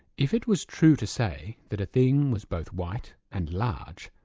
if it was true to say that a thing was both white and large,